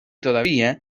todavía